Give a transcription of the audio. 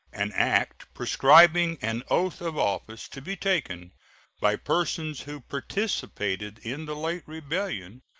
an act prescribing an oath of office to be taken by persons who participated in the late rebellion,